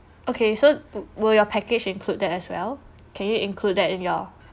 okay so will will your package include that as well can you include that in your